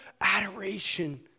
adoration